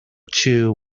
two